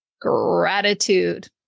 gratitude